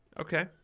Okay